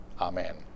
Amen